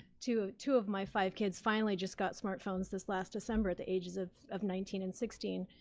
two two of my five kids finally just got smartphones this last december at the ages of of nineteen and sixteen,